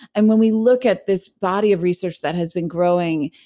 and when we look at this body of research that has been growing,